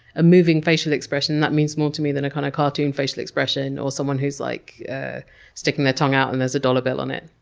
a moving facial expression and that means more to me than a, kind of, cartoon facial expression or someone who's like ah sticking their tongue out and there's a dollar bill on it,